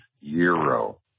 Euro